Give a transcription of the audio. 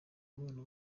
abana